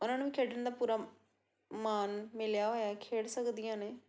ਉਹਨਾਂ ਨੂੰ ਵੀ ਖੇਡਣ ਦਾ ਪੂਰਾ ਮਾਣ ਮਿਲਿਆ ਹੋਇਆ ਖੇਡ ਸਕਦੀਆਂ ਨੇ